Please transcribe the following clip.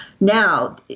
Now